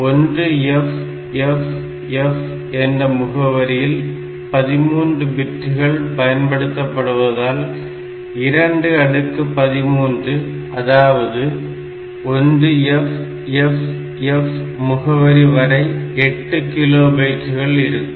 1FFFஎன்ற முகவரியில் 13 பிட்டுகள் பயன்படுத்தப்பட்டால் 2 அடுக்கு 13 அதாவது 1FFF முகவரி வரை 8 கிலோ பைட்டுகள் இருக்கும்